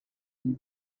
you